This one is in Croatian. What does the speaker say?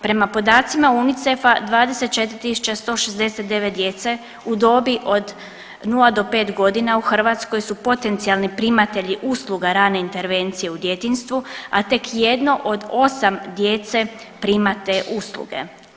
Prema podacima UNICEF-a 24.169 djece u dobi od 0 do 5 godina u Hrvatskoj su potencijalni primatelji usluga rane intervencije u djetinjstvu, a tek jedno od osam djece prima te usluge.